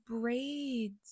braids